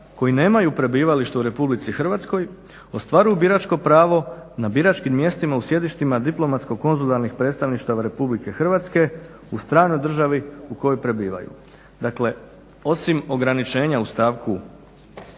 koji nemaju prebivalište u Republici Hrvatskoj ostvaruju biračko pravo na biračkim mjestima u sjedištima diplomatsko-konzularnih predstavništava Republike Hrvatske u stranoj državi u kojoj prebivaju. Dakle, osim ograničenja u stavku 2.